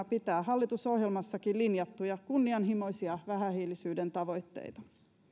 pitää hallitusohjelmassakin linjattuja kunnianhimoisia vähähiilisyyden tavoitteita